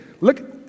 Look